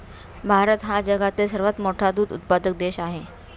भारत हा जगातील सर्वात मोठा दूध उत्पादक देश आहे